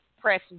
press